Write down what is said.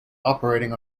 operating